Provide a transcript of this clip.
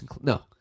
No